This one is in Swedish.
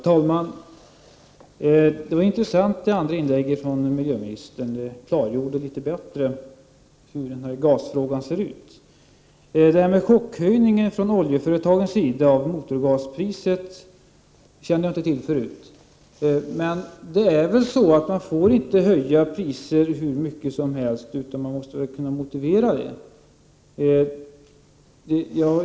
Herr talman! Miljöministerns andra inlägg var intressant och litet mer klargörande om hur det förhåller sig med gasfrågan. Chockhöjningen av motorgaspriset från oljebolagens sida kände jag inte till förut. Det är väl så att man inte får höja priset hur mycket som helst utan att kunna motivera höjningen?